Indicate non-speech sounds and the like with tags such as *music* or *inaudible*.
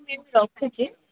*unintelligible* ରଖୁଛି